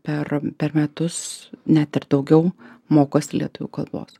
per per metus net ir daugiau mokosi lietuvių kalbos